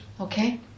Okay